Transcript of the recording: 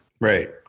Right